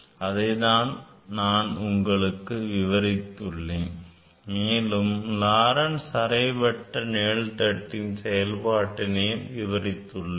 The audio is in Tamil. அதைத்தான் இப்போது நான் உங்களுக்கு விவரித்துள்ளேன் மேலும் Laurents அரைவட்ட நிழல் தட்டின் செயல்பாட்டினையும் விவரித்துள்ளேன்